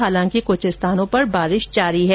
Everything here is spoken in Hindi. हालांकि कुछ स्थानों पर बारिश हो रही है